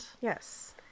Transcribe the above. Yes